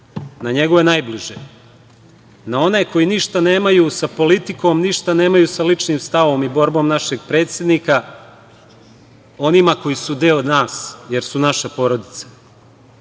na njegove najbliže, na one koji ništa nemaju sa politikom, ništa nemaju sa ličnim stavom i borbom našeg predsednika, onima koji su deo nas, jer su naša porodica. Tako